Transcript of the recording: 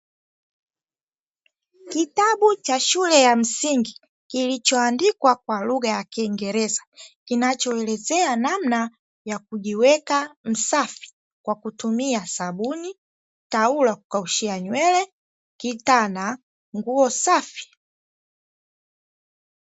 Kitabu cha shule ya msingi kilichoandikwa kwa lugha ya Kiingereza, kinachoelezea namna ya kujiweka msafi kwa kutumia sabuni, taulo la kukaushia nywele, kitana, nguo safi.